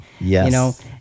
Yes